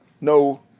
No